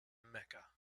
mecca